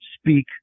speak